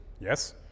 Yes